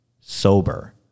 sober